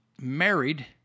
married